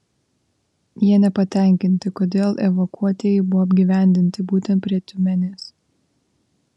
jie nepatenkinti kodėl evakuotieji buvo apgyvendinti būtent prie tiumenės